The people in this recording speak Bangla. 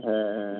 হ্যাঁ হ্যাঁ